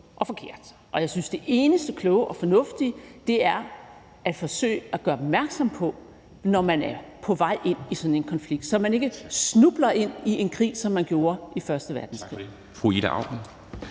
og jeg synes, det eneste kloge og fornuftige er at forsøge at gøre opmærksom på det, når man er på vej ind i sådan en konflikt, så man ikke snubler ind i en krig, som man gjorde i første verdenskrig.